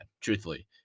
truthfully